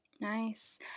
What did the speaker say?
nice